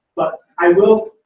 but i will.